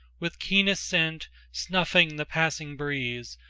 with keenest scent snuffing the passing breeze,